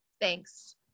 thanks